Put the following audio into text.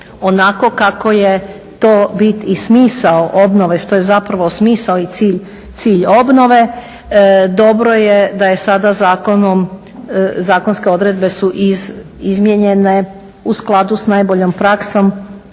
onako kako je to bit i smisao obnove što je zapravo smisao i cilj obnove. Dobro je da je sada zakonske odredbe izmijenjene u skladu s najboljom praksom